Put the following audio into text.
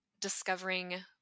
discovering